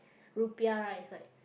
Rupiah right is like